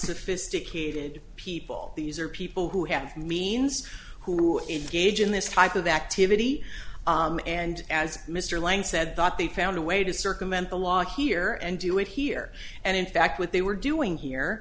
unsophisticated people these are people who have means who engage in this type of activity and as mr lang said thought they found a way to circumvent the law here and do it here and in fact what they were doing here